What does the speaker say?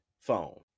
phone